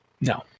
No